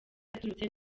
yaturutse